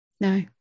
no